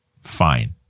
fine